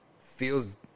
feels